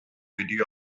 wedi